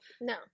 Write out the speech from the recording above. No